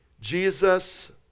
Jesus